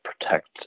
protect